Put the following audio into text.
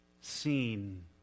seen